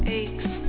aches